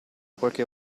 qualche